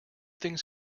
things